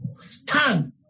stand